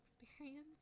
experience